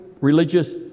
religious